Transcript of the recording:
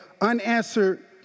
unanswered